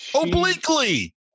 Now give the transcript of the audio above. obliquely